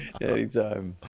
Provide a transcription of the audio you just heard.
Anytime